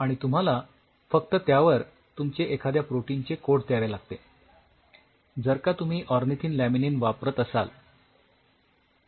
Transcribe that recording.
आणि तुम्हाला फक्त त्यावर तुमचे एखाद्या प्रोटीन चे कोट द्यावे लागते जर का तुम्ही ऑर्निथिन लॅमिनीन वापरत असाल तर